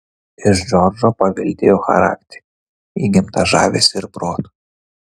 iš džordžo paveldėjo charakterį įgimtą žavesį ir protą